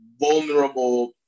vulnerable